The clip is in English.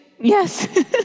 Yes